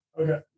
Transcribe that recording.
Okay